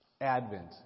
Advent